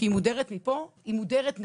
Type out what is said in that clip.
כשהיא מודרת מפה, היא מודרת.